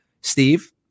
Steve